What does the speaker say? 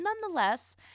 nonetheless